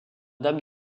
dame